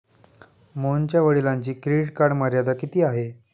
मोहनच्या वडिलांची credit card मर्यादा किती आहे?